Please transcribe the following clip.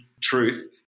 truth